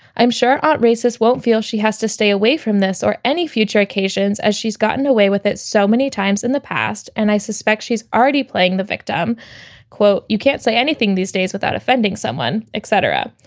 i'm sure ah racists won't feel she has to stay away from this or any future occasions as she's gotten away with it so many times in the past. and i suspect she's already playing the victim quote. you can't say anything these days without offending someone, etc.